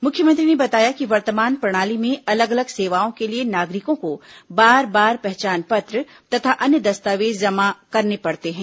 मुख्यमंत्री ने बताया कि वर्तमान प्रणाली में अलग अलग सेवाओं के लिये नागरिकों को बार बार पहचान पत्र तथा अन्य दस्तावेज जमा करने पड़ते हैं